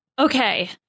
Okay